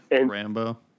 Rambo